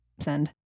Send